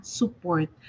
support